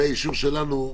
מהאישור שלנו,